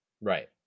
Right